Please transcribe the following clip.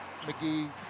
McGee